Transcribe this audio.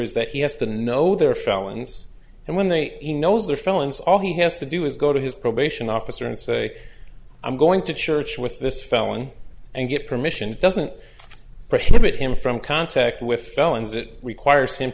is that he has to know their felons and when they he knows they're felons all he has to do is go to his probation officer and say i'm going to church with this felon and get permission doesn't prohibit him from contact with felons it requires him